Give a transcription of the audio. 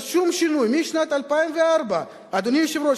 שום שינוי משנת 2004. אדוני היושב-ראש,